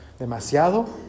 demasiado